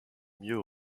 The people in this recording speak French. mieux